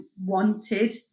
wanted